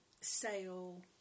sale